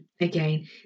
again